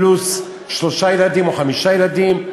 פלוס שלושה ילדים או חמישה ילדים,